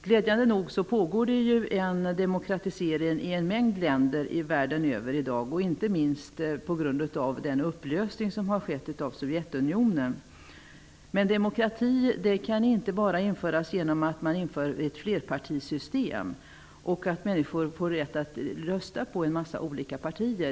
Glädjande nog pågår en demokratisering i en mängd länder världen över i dag, inte minst på grund av den upplösning som har skett av Sovjetunionen. Men demokrati kan inte bara införas genom att man inför ett flerpartisystem och att människor får rätt att rösta på många olika partier.